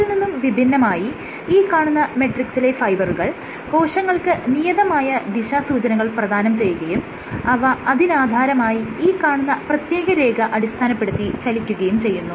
ഇതിൽ നിന്നും വിഭിന്നമായി ഈ കാണുന്ന മെട്രിക്സിലെ ഫൈബറുകൾ കോശങ്ങൾക്ക് നിയതമായ ദിശാസൂചനകൾ പ്രധാനം ചെയ്യുകയും അവ അതിനാധാരമായി ഈ കാണുന്ന പ്രത്യേക രേഖ അടിസ്ഥാനപ്പെടുത്തി ചലിക്കുകയും ചെയ്യുന്നു